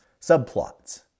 subplots